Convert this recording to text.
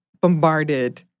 bombarded